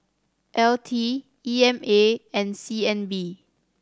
L T E M A and C N B